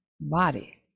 body